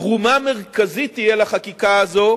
לחקיקה הזאת